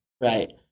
right